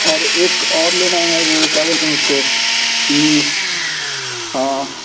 और एक और लेना है वो क्या बोलते हैं उसको हाँ